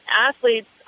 athletes